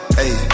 hey